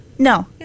No